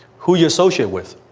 who you associate with.